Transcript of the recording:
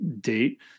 date